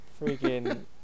Freaking